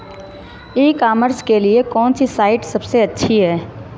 ई commerce के लिए कौनसी साइट सबसे अच्छी है?